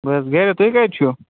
بہٕ حظ گَرِ تُہۍ کَتہِ چھِو